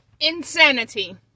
insanity